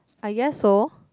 I guess so